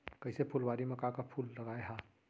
कइसे फुलवारी म का का फूल लगाय हा?